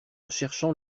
cherchant